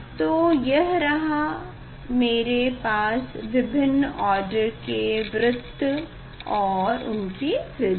तो यह रहा मेरे पास विभिन्न ऑर्डर के वृत्त और उनकी त्रिज्या